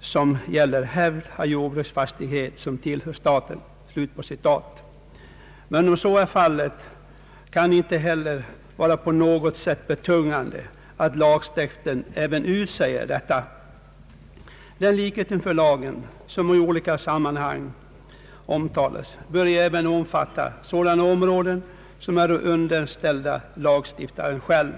som gäller hävd av jordbruksfastighet som tillhör staten.» Men om så är fallet kan det inte heller på något sätt vara betungande att lagtexten även utsäger detta. Den likhet inför lagen som i olika sammanhang omtalas bör ju även omfatta sådana områden som är underställda lagstiftaren själv.